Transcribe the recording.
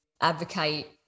advocate